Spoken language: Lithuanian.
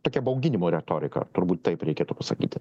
tokia bauginimo retorika turbūt taip reikėtų pasakyti